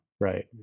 right